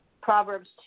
Proverbs